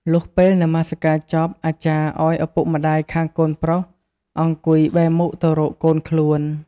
លុះពេលនមស្សការចប់អាចារ្យ ឲ្យឪពុកម្តាយខាងកូនប្រុស អង្គុយ បែរមុខទៅរកកូនខ្លួន ។